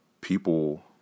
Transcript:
People